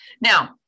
Now